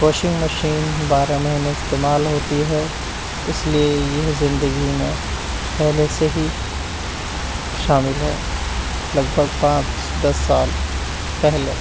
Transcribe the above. washing machine بارہ مہینے استعمال ہوتی ہے اس لیے یہ زندگی میں پہلے سے ہی شامل ہے لگ بھگ پانچ دس سال پہلے